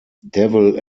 devil